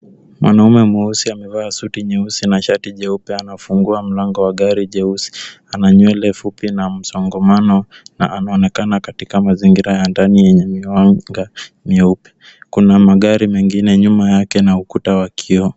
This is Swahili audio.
Mwanaume mweusi amevaa suti nyeusi na shati jeupe anafungua mlango wa gari jeusi, ana nywele fupi na msongamano na anaonekana katika mazingira ya ndani yenye miwanga myeupe. Kuna magari mengine nyuma yake na ukuta wa kioo.